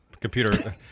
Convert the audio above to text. computer